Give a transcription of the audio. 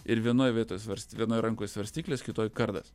ir vienoj vietoj svarst vienoj rankoj svarstyklės kitoj kardas